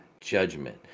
judgment